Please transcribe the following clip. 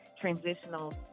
transitional